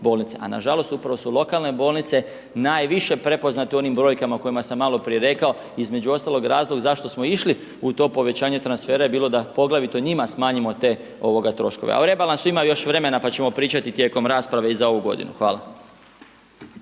a na žalost upravo su lokalne bolnice najviše prepoznate u onim brojkama o kojima sam maloprije rekao, između ostaloga, razlog zašto smo išli u to povećanje transfera je bilo da poglavito njima smanjimo te ovoga troškove. A o rebalansu ima još vremena, pa ćemo pričati tijekom rasprave i za ovu godinu. Hvala.